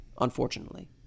unfortunately